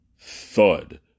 thud